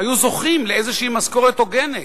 היו זוכים לאיזה משכורת הוגנת,